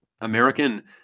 American